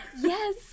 Yes